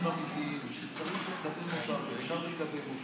אמיתיים שצריך לקדם אותם ואפשר לקדם אותם.